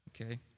Okay